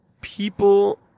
people